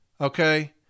Okay